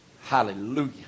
Hallelujah